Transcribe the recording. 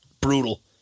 Brutal